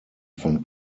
von